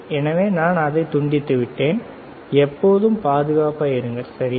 எனவே அதை நான் துண்டித்து விட்டேன் எப்போதும் பாதுகாப்பாக இருங்கள் சரியா